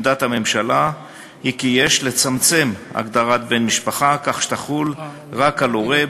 עמדת הממשלה היא כי יש לצמצם הגדרת "בן משפחה" כך שתחול רק על הורה,